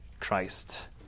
Christ